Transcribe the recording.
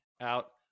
out